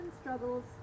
struggles